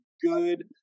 good